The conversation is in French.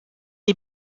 est